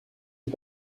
die